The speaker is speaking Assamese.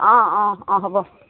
অঁ অঁ অঁ হ'ব